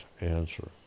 answer